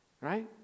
Right